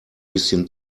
bisschen